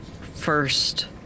first